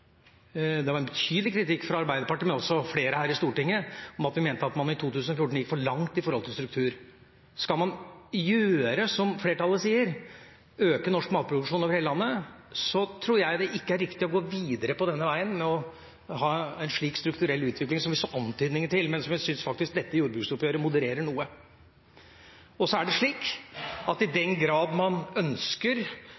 Det var en betydelig kritikk fra Arbeiderpartiet og flere her i Stortinget om at man i 2014 gikk for langt når det gjaldt struktur. Skal man gjøre som flertallet sier, nemlig øke norsk matproduksjon over hele landet, tror jeg ikke det er riktig å gå videre på denne veien med å ha en slik strukturell utvikling som vi så antydninger til, men som jeg faktisk syns dette jordbruksoppgjøret modererer noe. I den grad man ønsker å gjøre drastiske endringer, f.eks. når det gjelder melkekvoter, melkekvoteordningen og fylkesmessige inndelinger, er